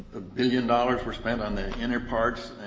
a billion dollars were spent on the inner parts